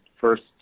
first